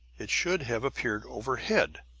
it should have appeared overhead.